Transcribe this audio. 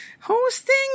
hosting